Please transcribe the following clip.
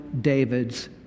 David's